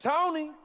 Tony